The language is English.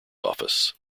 office